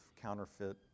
counterfeit